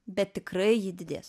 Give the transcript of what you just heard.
bet tikrai ji didės